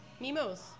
Mimos